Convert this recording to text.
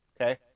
Okay